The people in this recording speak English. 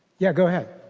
yeah go ahead.